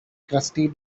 crusty